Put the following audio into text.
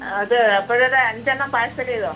അത് അപ്പം ഒരു അഞ്ചെണ്ണം പാർസൽ ചെയ്തോ